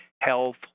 health